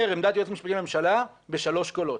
עמדת היועץ המשפטי לממשלה בשלושה קולות,